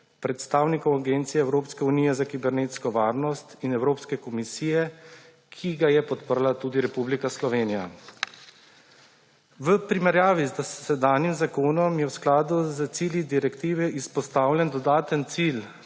predstavnikov Agencije Evropske unije za kibernetsko varnost in Evropske komisije, ki ga je podprla tudi Republika Slovenija. V primerjavi z dosedanjim zakonom je v skladu s cilji direktive izpostavljen dodaten cilj